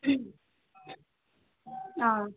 ꯑꯥ